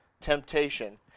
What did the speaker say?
temptation